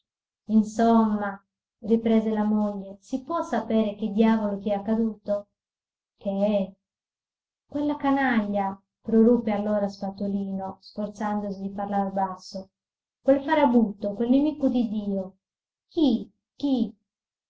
insomma riprese la moglie si può sapere che diavolo t'è accaduto che quella canaglia proruppe allora spatolino sforzandosi di parlar basso quel farabutto quel nemico di dio chi chi